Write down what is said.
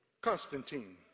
Constantine